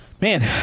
man